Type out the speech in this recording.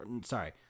sorry